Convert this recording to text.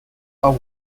are